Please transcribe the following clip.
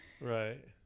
Right